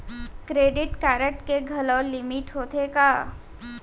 Credit card के घलव limit होथे का?